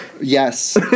Yes